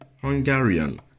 Hungarian